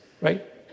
right